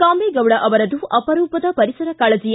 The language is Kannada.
ಕಾಮೇಗೌಡ ಅವರದು ಅಪರೂಪದ ಪರಿಸರ ಕಾಳಜಿ